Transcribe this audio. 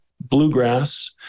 bluegrass